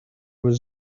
was